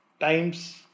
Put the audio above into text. times